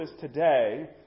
today